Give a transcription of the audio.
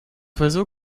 oiseau